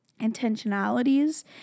intentionalities